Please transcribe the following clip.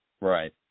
Right